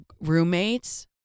roommates